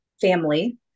family